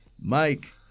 mike